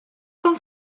con